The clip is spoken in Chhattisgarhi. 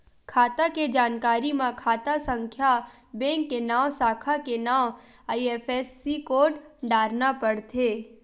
खाता के जानकारी म खाता संख्या, बेंक के नांव, साखा के नांव, आई.एफ.एस.सी कोड डारना परथे